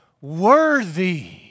worthy